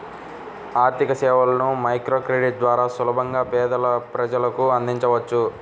ఆర్థికసేవలను మైక్రోక్రెడిట్ ద్వారా సులభంగా పేద ప్రజలకు అందించవచ్చు